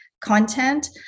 content